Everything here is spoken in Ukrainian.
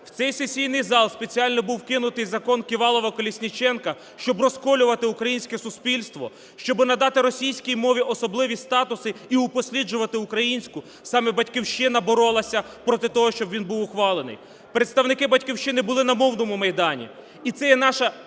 в цей сесійний зал спеціально був вкинутий Закон "Ківалова-Колесніченка", щоб розколювати українське суспільство, щоби надати російській мові особливі статуси і упосліджувати українську, саме "Батьківщина" боролася проти того, щоб він був ухвалений. Представники "Батьківщини" були на "Мовному майдані" і це є наша